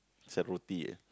sell roti eh